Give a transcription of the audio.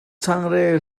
changreu